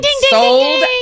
sold